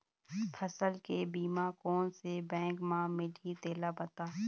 फसल के बीमा कोन से बैंक म मिलही तेला बता?